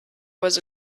was